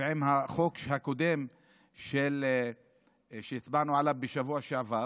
ועם החוק הקודם שהצבענו עליו בשבוע שעבר,